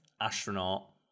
astronaut